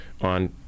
on